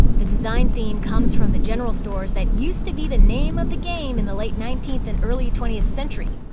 the design theme comes from the general stores that used to be the name of the game in the late nineteenth and early twentieth century,